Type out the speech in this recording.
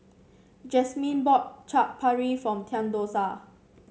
Jasmine bought Chaat Papri form Theodosia